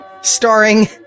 Starring